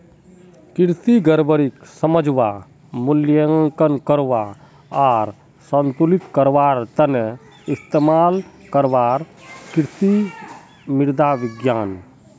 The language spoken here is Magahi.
कृषि गड़बड़ीक समझवा, मूल्यांकन करवा आर संतुलित करवार त न इस्तमाल करवार कृषि मृदा विज्ञान